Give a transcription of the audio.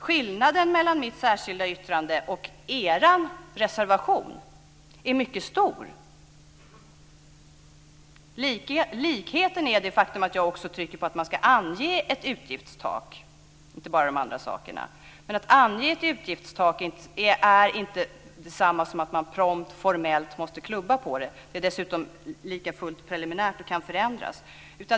Skillnaden mellan mitt särskilda yttrande och er reservation är mycket stor. Likheten är att jag också trycker på att man ska ange ett utgiftstak. Men att ange ett utgiftstak är inte detsamma som att man formellt måste klubba det. Det är preliminärt och kan förändras.